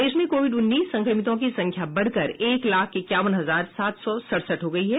देश में कोविड उन्नीस संक्रमितों की संख्या बढ़कर एक लाख इक्यावन हजार सात सौ सड़सठ हो गई है